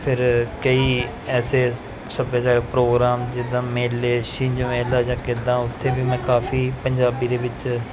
ਫਿਰ ਕਈ ਐਸੇ ਸੱਭਿਆਚਾਰ ਪ੍ਰੋਗਰਾਮ ਜਿੱਦਾਂ ਮੇਲੇ ਛਿੰਝ ਮੇਲਾ ਜਾਂ ਕਿੱਦਾਂ ਉੱਥੇ ਵੀ ਮੈਂ ਕਾਫੀ ਪੰਜਾਬੀ ਦੇ ਵਿੱਚ